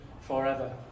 forever